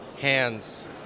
hands